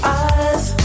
eyes